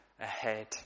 ahead